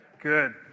Good